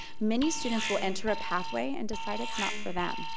many students will enter a pathway and decide it's not for them,